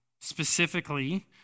specifically